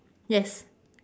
yes